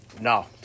No